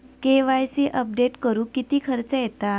KYC update करुक किती खर्च येता?